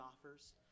offers